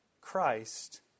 Christ